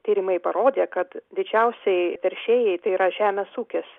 tyrimai parodė kad didžiausiai teršėjai tai yra žemės ūkis